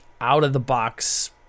out-of-the-box